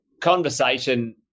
conversation